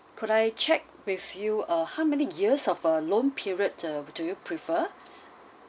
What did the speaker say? could I check with you uh how many years of uh loan period uh do you prefer